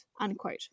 unquote